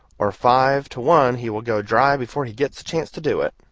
or five to one he will go dry before he gets a chance to do it.